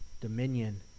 dominion